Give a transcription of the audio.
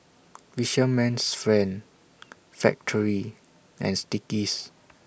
Fisherman's Friend Factorie and Sticky's